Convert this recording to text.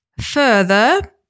further